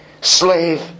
slave